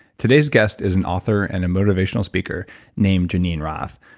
today's guest is an author and a motivational speaker named geneen roth.